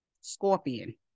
scorpion